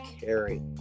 carry